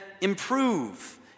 improve